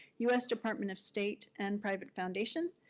us department of state and private foundation.